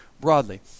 broadly